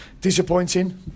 disappointing